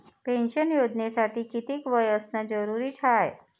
Pension योजनेसाठी कितीक वय असनं जरुरीच हाय?